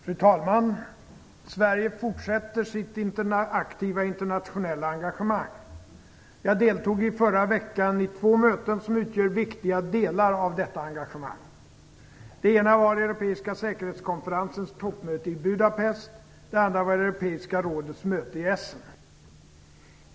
Fru talman! Sverige fortsätter sitt aktiva internationella engagemang. Jag deltog i förra veckan i två möten som utgör viktiga delar av detta engagemang. Det ena var Europeiska säkerhetskonferensens toppmöte i Budapest. Det andra var Europeiska rådets möte i Essen.